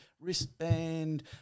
wristband